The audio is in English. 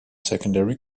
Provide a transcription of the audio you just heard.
secondary